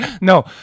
no